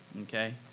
Okay